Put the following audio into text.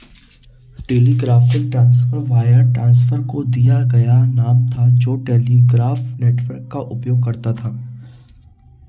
telegraphic transfer wire transfer को दिया गया नाम था जो टेलीग्राफ नेटवर्क का उपयोग करता था